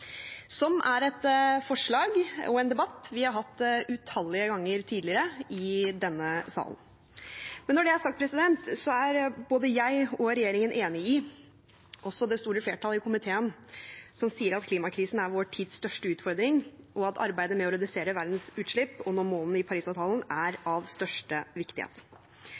som er et forslag og en debatt vi har hatt utallige ganger tidligere i denne salen. Men når det er sagt, er både jeg og regjeringen enig i det også det store flertallet i komiteen sier, at klimakrisen er vår tids største utfordring, og at arbeidet med å redusere verdens utslipp og nå målene i Parisavtalen er av største viktighet.